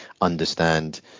understand